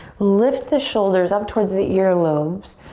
lift the shoulders up towards the ear lobes.